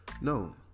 No